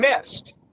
missed